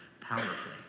powerfully